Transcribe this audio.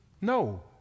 No